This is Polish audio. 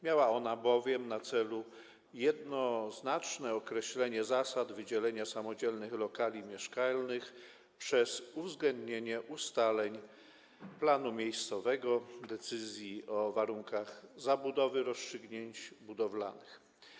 Miała ona bowiem na celu jednoznaczne określenie zasad wydzielenia samodzielnych lokali mieszkalnych przez uwzględnienie ustaleń miejscowego planu, decyzji o warunkach zabudowy i rozstrzygnięć budowlanych.